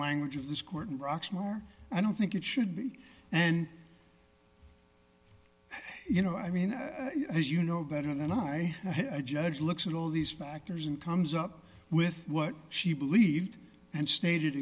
language of this court and rocks more i don't think it should be then you know i mean as you know better than i i judge looks at all these factors and comes up with what she believed and stated